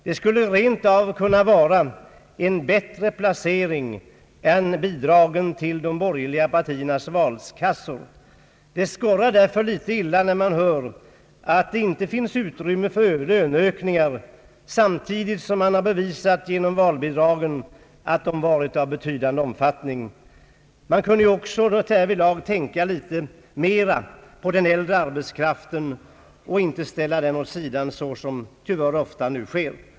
Det skulle rent av kunna vara en bättre placering än bidragen till de borgerliga partiernas valkassor. Det skorrar litet illa när man hör att det inte finns utrymme för löneökningar, samtidigt som det har bevisats att val bidragen har varit av betydande omfattning. Man kunde också tänka litet mera på den äldre arbetskraften och inte ställa den åt sidan, såsom tyvärr nu ofta sker.